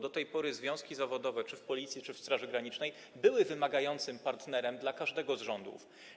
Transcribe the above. Do tej pory związki zawodowe w Policji czy w Straży Granicznej były wymagającym partnerem dla każdego z rządów.